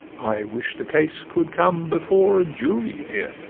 i wish the case could come before a jury here.